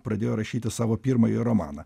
pradėjo rašyti savo pirmąjį romaną